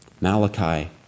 Malachi